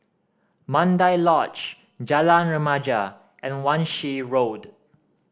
Mandai Lodge Jalan Remaja and Wan Shih Road